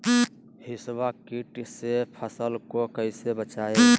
हिसबा किट से फसल को कैसे बचाए?